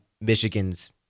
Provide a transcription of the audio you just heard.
Michigan's